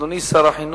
אדוני שר החינוך,